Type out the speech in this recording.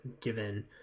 given